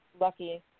lucky